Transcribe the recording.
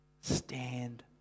stand